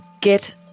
get